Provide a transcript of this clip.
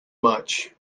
much